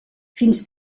fins